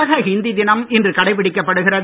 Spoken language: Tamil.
உலக ஹிந்தி தினம் இன்று கடைபிடிக்கப்படுகிறது